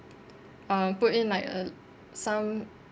uh put in like a sum